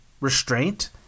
Restraint